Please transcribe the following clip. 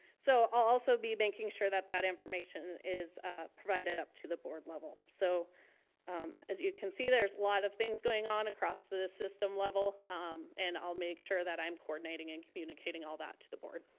so i'll also be making sure that that information is provided up to the board level. so as you can see, there's a lot of things going on across the system level and i'll make sure that i'm coordinating and communicating all that to the board.